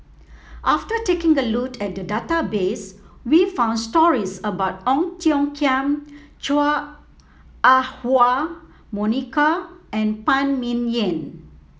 after taking a look at the database we found stories about Ong Tiong Khiam Chua Ah Huwa Monica and Phan Ming Yen